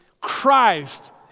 Christ